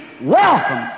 Welcome